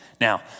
Now